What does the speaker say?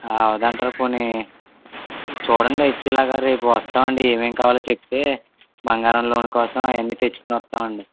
అవ్వదు అంటారా పోనీ చూడండి ఇచ్చేలాగా రేపు వస్తాం అండి ఏమి ఏమి కావాలో చెప్తే బంగారం లోన్ కోసం అవన్నీ తెచ్చుకుని వస్తాం అండి